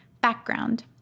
Background